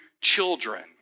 children